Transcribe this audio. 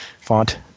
font